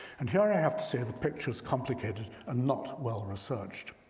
and here i have to say the picture is complicated and not well researched,